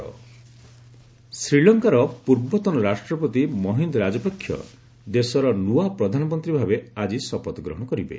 ଲଙ୍କା PM ଶ୍ରୀଲଙ୍କାର ପୂର୍ବତନ ରାଷ୍ଟ୍ରପତି ମହିନ୍ଦ ରାଜପକ୍ଷ ଦେଶର ନୃଆ ପ୍ରଧାନମନ୍ତ୍ରୀ ଭାବେ ଆଜି ଶପଥ ଗ୍ରହଣ କରିବେ